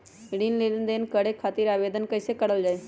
ऋण लेनदेन करे खातीर आवेदन कइसे करल जाई?